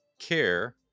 care